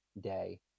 day